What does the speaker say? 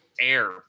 air